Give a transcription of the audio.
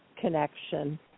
connection